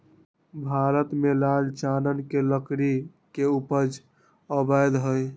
भारत में लाल चानन के लकड़ी के उपजा अवैध हइ